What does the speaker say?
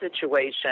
situation